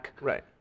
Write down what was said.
Right